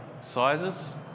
sizes